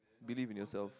believe in yourself